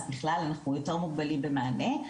אז בכלל אנחנו יותר מוגבלים במענה,